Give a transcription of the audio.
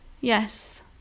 Yes